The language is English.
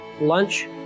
lunch